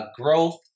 Growth